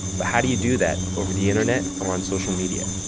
but how do you do that over the internet or on social media?